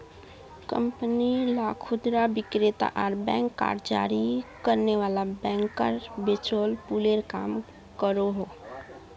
company ला खुदरा विक्रेता आर बैंक कार्ड जारी करने वाला बैंकेर बीचोत पूलेर काम करोहो